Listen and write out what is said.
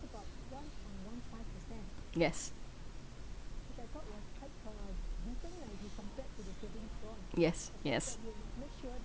yes yes yes